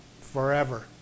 Forever